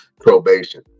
probation